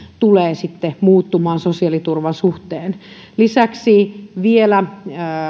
tulee sitten muuttumaan sosiaaliturvan suhteen lisäksi vielä